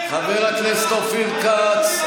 חבר הכנסת אופיר כץ,